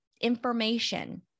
information